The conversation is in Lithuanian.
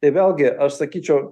tai vėlgi aš sakyčiau